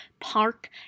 park